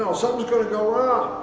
so something's going to go wrong